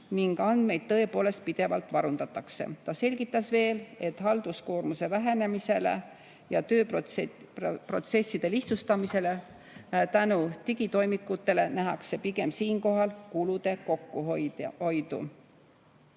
ning andmeid tõepoolest pidevalt varundatakse. Ta selgitas veel, et halduskoormuse vähenemise ja tööprotsesside lihtsustumise tõttu tänu digitoimikutele nähakse siinkohal pigem kulude kokkuhoidu.